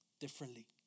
differently